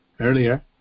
earlier